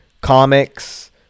comics